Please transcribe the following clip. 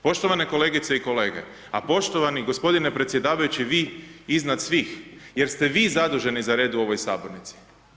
Poštovane kolegice i kolege, a poštovani gospodine predsjedavajući vi iznad svih, jer ste vi zadužen za red u ovoj sabornici.